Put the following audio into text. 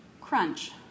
Crunch